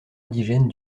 indigènes